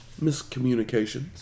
miscommunications